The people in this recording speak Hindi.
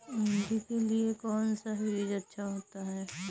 भिंडी के लिए कौन सा बीज अच्छा होता है?